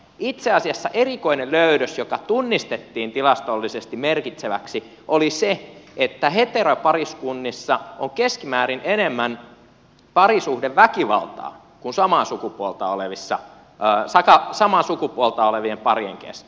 itse asiassa erikoinen löydös joka tunnistettiin tilastollisesti merkitseväksi oli se että heteropariskunnissa on keskimäärin enemmän parisuhdeväkivaltaa kuin samaa sukupuolta olevien parien kesken